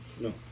No